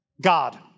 God